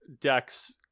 decks